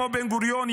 כמו בן-גוריון,